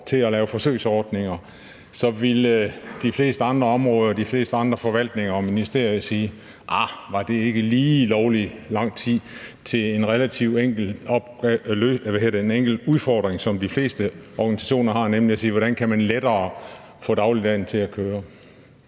til at lave forsøgsordninger, ville de fleste andre områder, de fleste andre forvaltninger og ministerier sige: Arh, var det ikke lige lovlig lang tid til en relativt enkel udfordring, som de fleste organisationer har, nemlig at sige, hvordan man lettere kan få dagligdagen til at køre.